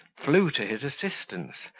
flew to his assistance,